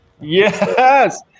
Yes